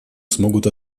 смогут